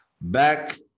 Back